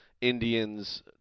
Indians